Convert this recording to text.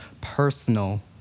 personal